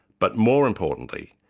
but more importantly,